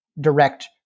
direct